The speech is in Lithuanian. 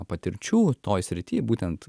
patirčių toj srity būtent